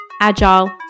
agile